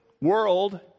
world